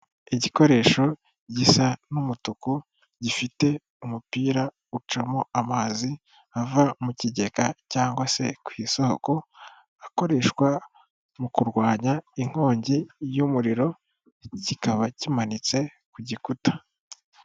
Igikoresho gisa n'umutuku gifite umupira ucamo amazi ava mu kigega cg se ku isoko akoreshwa mu kurwanya inkongi y'umuriro, kikaba kimanitse ku gikuta.